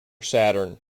saturn